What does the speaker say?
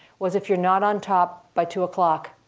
was if you're not on top by two o'clock,